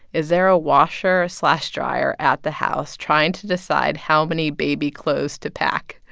is there a washer-slash-dryer at the house? trying to decide how many baby clothes to pack